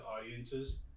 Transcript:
audiences